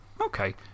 Okay